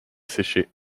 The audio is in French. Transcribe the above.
sécher